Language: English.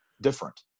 different